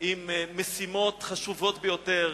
עם משימות חשובות ביותר,